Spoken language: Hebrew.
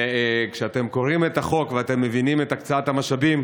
שכשאתם קוראים את החוק ואתם מבינים את הקצאת המשאבים,